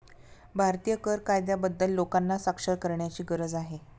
भारतीय कर कायद्याबद्दल लोकांना साक्षर करण्याची गरज आहे